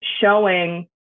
showing